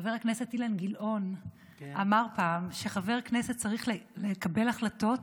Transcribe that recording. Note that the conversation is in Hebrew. חבר הכנסת אילן גילאון אמר פעם שחבר כנסת צריך לקבל החלטות